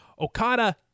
Okada